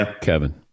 Kevin